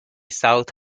south